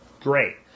Great